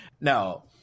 No